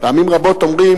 פעמים רבות אומרים,